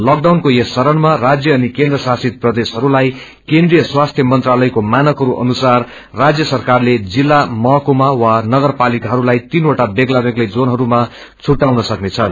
लकडकउनको यस चरणमा राज्य अनिकेन्द्र शासितप्रदेशहस्ताईकेन्द्रिय स्वास्थ्य मंत्रालयकोमानकरू अनुसारराज्य सरकारलेजिल्लमहकुमा वा नगर पालिकाहरूलाईतीनवटाबेग्लाबेग्लैजोनहरूमाधुट्टाउनसकनेछन्